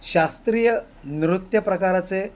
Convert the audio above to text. शास्त्रीय नृत्य प्रकाराचे